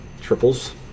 triples